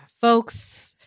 Folks